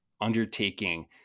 undertaking